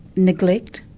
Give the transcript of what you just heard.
neglect,